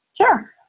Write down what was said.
Sure